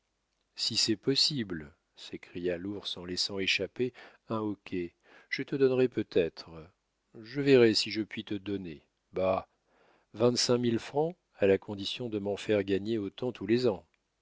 si c'est possible s'écria l'ours en laissant échapper un hoquet je te donnerai peut-être je verrai si je puis te donner bah vingt-cinq mille francs à la condition de m'en faire gagner autant tous les ans